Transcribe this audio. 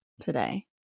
today